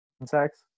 insects